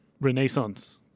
Renaissance